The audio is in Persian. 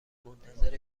منتظر